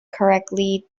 correctly